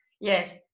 Yes